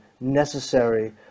necessary